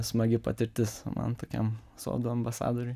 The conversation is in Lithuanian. smagi patirtis man tokiam sodo ambasadoriui